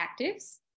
actives